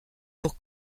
pour